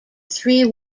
three